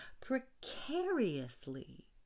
precariously